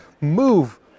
move